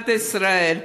במדינת ישראל,